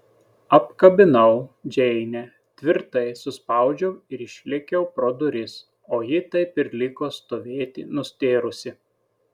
apkabinau džeinę tvirtai suspaudžiau ir išlėkiau pro duris o ji taip ir liko stovėti nustėrusi